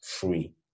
free